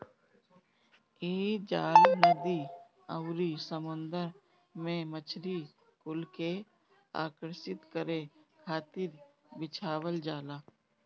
इ जाल नदी अउरी समुंदर में मछरी कुल के आकर्षित करे खातिर बिछावल जाला